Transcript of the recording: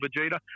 Vegeta